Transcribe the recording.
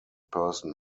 person